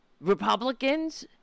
Republicans